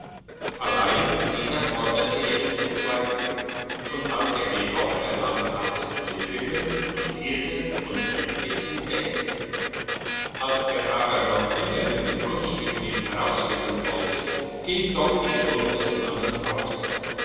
allein dieser forderte jetzt den zweiten und als er den auch erlangt hatte den dritten und vierten und endlich den sechsten als er aber noch immer mit dem kunststück nicht herausrücken wollte ging doch die geduld des mannes aus